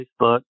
Facebook